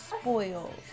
spoiled